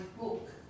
book